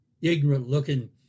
ignorant-looking